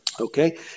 Okay